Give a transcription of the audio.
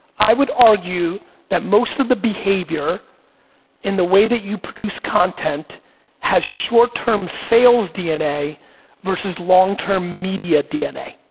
i would argue that most of the behavior in the way that you produce content has short term sales dna versus long term media dna.